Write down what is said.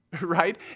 right